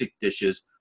dishes